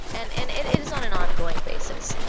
and and it it is on an ongoing basis.